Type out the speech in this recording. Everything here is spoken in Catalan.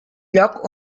lloc